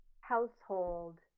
household